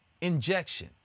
injection